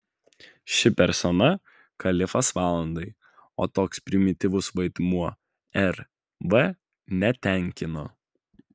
ši persona kalifas valandai o toks primityvus vaidmuo rv netenkino